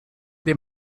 they